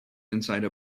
inside